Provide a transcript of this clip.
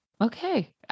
Okay